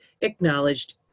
acknowledged